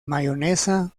mayonesa